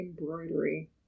embroidery